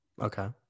okay